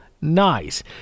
nice